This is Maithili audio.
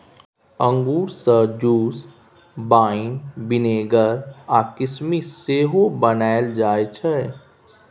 अंगुर सँ जुस, बाइन, बिनेगर आ किसमिस सेहो बनाएल जाइ छै